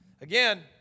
Again